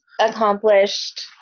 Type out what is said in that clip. accomplished